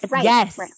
Yes